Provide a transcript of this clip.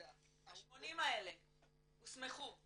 ה-80 האלה הוסמכו,